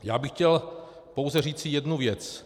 Já bych chtěl pouze říci jednu věc.